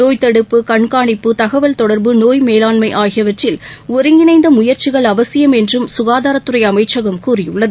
நோய் தடுப்பு கண்காணிப்பு தகவல் தொடர்பு நோய் மேலாண்மை ஆகியவற்றில் ஒருங்கிணைந்த முயற்சிகள் அவசியம் என்றும் சுகாதாரத்துறை அமைச்சகம் கூறியுள்ளது